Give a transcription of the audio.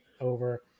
over